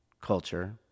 culture